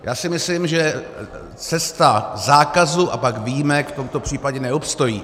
Já si myslím, že cesta zákazu a pak výjimek v tomto případě neobstojí.